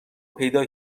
پیدا